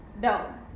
down